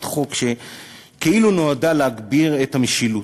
חוק שכאילו נועדו להגביר את המשילות,